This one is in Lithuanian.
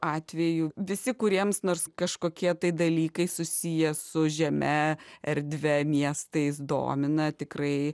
atveju visi kuriems nors kažkokie tai dalykai susiję su žeme erdve miestais domina tikrai